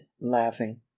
laughing